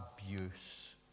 abuse